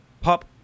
pop